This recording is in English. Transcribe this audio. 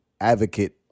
advocate